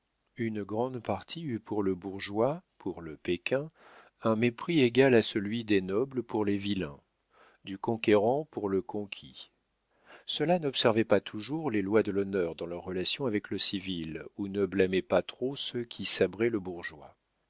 une grande partie eut pour le bourgeois pour le péquin un mépris égal à celui des nobles pour les vilains du conquérant pour le conquis ceux-là n'observaient pas toujours les lois de l'honneur dans leurs relations avec le civil ou ne blâmaient pas trop ceux qui sabraient le bourgeois